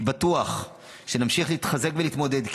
אני בטוח שנמשיך להתחזק ולהתמודד,